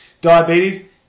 Diabetes